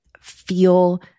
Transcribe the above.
feel